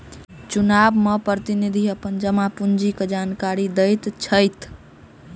चुनाव में प्रतिनिधि अपन जमा पूंजी के जानकारी दैत छैथ